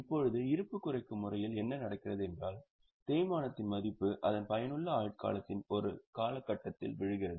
இப்போது இருப்பு குறைக்கும் முறையில் என்ன நடக்கிறது என்றால் தேய்மானத்தின் மதிப்பு அதன் பயனுள்ள ஆயுட்காலத்தின் ஒரு காலகட்டத்தில் விழுகிறது